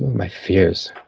my fears?